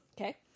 okay